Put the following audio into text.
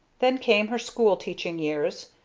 then came her school-teaching years.